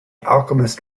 alchemist